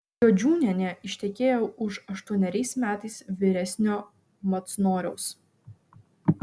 jodžiūnienė ištekėjo už aštuoneriais metais vyresnio macnoriaus